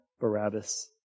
Barabbas